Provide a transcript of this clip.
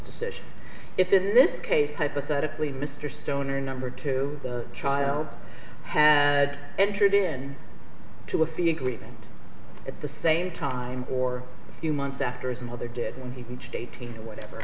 decision is in this case hypothetically mr stoner number two the child had entered in to a fee agreement at the same time or a few months after his mother did when he entered eighteen or whatever